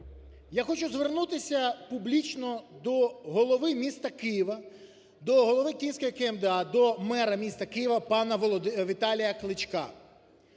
Я хочу звернутися публічно до голови міста Києва, до голови Київської КМДА, до мера міста Києва пана Віталія Кличка.